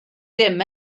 ddim